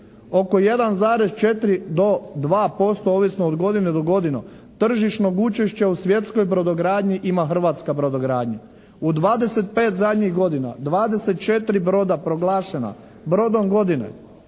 Oko 1,4 do 2% ovisno od godine do godine, tržišnog učešća u svjetskoj brodogradnji ima hrvatska brodogradnja. U 25 zadnjih godina, 24 broda proglašena brodom godine